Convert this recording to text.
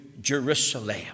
Jerusalem